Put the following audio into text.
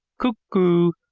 cuck oo!